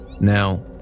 Now